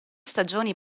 stagioni